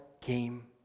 came